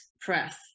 Press